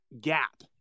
gap